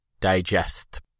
digest